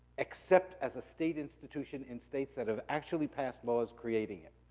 except as a state institution in states that have actually passed laws creating it.